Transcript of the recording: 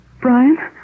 Brian